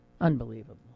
Unbelievable